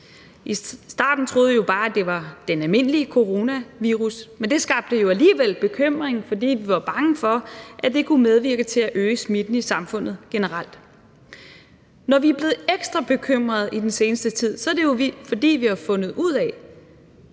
I starten troede vi jo bare, det var den almindelige coronavirus, men det skabte jo alligevel bekymring, fordi vi var bange for, at det kunne medvirke til at øge smitten i samfundet generelt. Når vi er blevet ekstra bekymrede i den seneste tid, er det jo, fordi vi har fundet ud af,